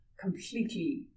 completely